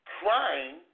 crying